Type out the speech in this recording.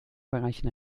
bereichen